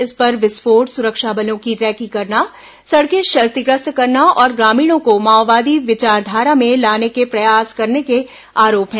इस पर विस्फोट सुरक्षा बलों की रेकी करना सड़कें क्षतिग्रस्त करना और ग्रामीणों को माओवादी विचारधारा में लाने के प्रयास करने के आरोप हैं